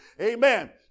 Amen